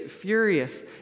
furious